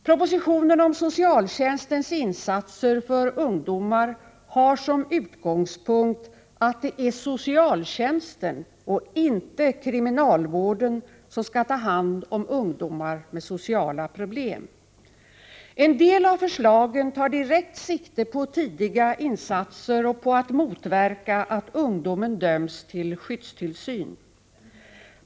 Propositionen om socialtjänstens insatser för ungdomar har som utgångspunkt att det är socialtjänsten och inte kriminalvården som skall ta hand om ungdomar med sociala problem. En del av förslagen tar direkt sikte på tidiga insatser och på att motverka att ungdomar döms till skyddstillsyn.